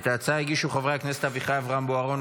את ההצעה הגישו חברי הכנסת אביחי אברהם בוארון,